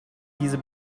diese